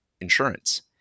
insurance